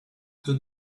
two